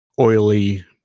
oily